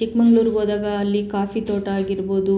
ಚಿಕ್ಮಗ್ಳೂರ್ಗ್ ಹೋದಾಗ ಅಲ್ಲಿ ಕಾಫಿ ತೋಟ ಆಗಿರ್ಬೋದು